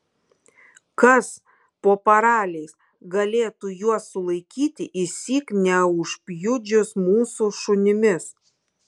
kas po paraliais galėtų juos sulaikyti išsyk neužpjudžius mūsų šunimis